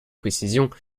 précisions